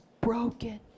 broken